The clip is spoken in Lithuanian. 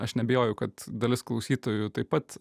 aš neabejoju kad dalis klausytojų taip pat